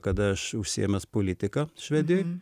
kad aš užsiėmęs politika švedijoj